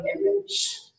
image